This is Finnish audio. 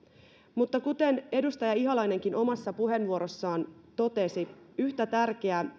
mutta kuten edustaja ihalainenkin omassa puheenvuorossaan totesi yhtä tärkeää